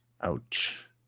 ouch